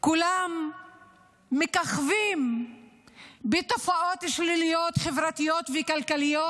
כולם מככבים בתופעות שליליות חברתיות וכלכליות,